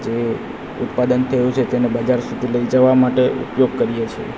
જે ઉત્પાદન થયું છે તેને બજાર સુધી લઈ જવા માટે ઉપયોગ કરીએ છીએ